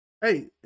Hey